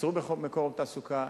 יצרו מקורות תעסוקה,